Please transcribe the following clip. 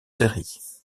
séries